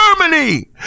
Germany